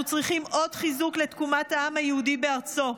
אנחנו צריכים עוד חיזוק לתקומת העם היהודי בארצו,